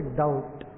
doubt